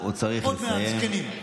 "עוד מעט זקנים".